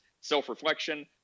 self-reflection